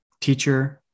teacher